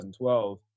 2012